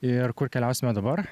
ir kur keliausime dabar